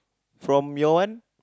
from your one